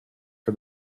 for